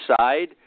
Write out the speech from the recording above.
side